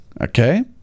okay